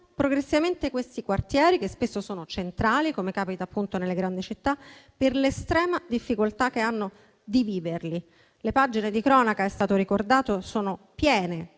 progressivamente questi quartieri, che spesso sono centrali, come capita appunto nelle grandi città, per l'estrema difficoltà che hanno di viverli. Le pagine di cronaca - come è stato ricordato - sono piene